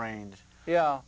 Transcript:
range yeah